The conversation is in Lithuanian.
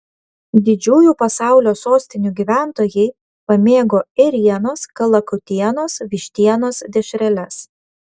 didžiųjų pasaulio sostinių gyventojai pamėgo ėrienos kalakutienos vištienos dešreles